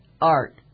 Art